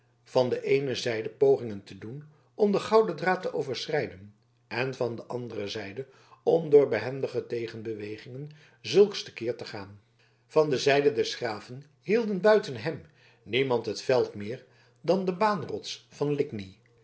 van de eene zijde pogingen te doen om den gouden draad te overschrijden en van de andere zijde om door behendige tegenbewegingen zulks te keer te gaan van de zijde des graven hielden buiten hem niemand het veld meer dan de baanrots van ligny